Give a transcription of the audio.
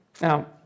Now